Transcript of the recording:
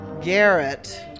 Garrett